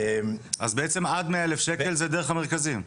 אז בעצם עד מאה אלף שקל זה דרך המרכזים,